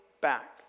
back